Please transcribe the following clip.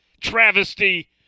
travesty